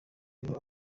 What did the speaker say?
rero